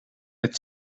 het